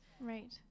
Right